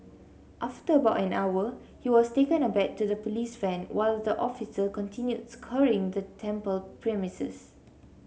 after about an hour he was taken aback to the police van while the officer continued scouring the temple premises